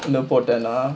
an important lah